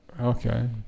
okay